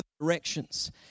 directions